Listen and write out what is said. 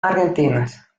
argentinas